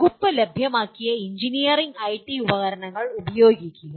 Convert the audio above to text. വകുപ്പ് ലഭ്യമാക്കിയ engineering IT ഉപകരണങ്ങൾ ഉപയോഗിക്കുക